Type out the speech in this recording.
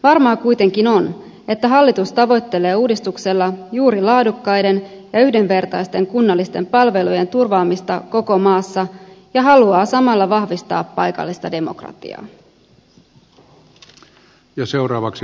varmaa kuitenkin on että hallitus tavoittelee uudistuksella juuri laadukkaiden ja yhdenvertaisten kunnallisten palvelujen turvaamista koko maassa ja haluaa samalla vahvistaa paikallista demokratiaa